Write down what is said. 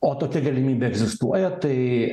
o tokia galimybė egzistuoja tai